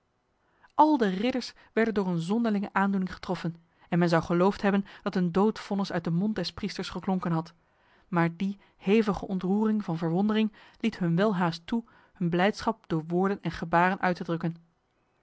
al de ridders werden door een zonderlinge aandoening getroffen en men zou geloofd hebben dat een doodvonnis uit de mond des priesters geklonken had maar die hevige ontroering van verwondering liet hun welhaast toe hun blijdschap door woorden en gebaren uit te drukken